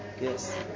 Yes